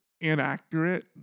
inaccurate